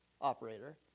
operator